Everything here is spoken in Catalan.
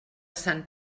sant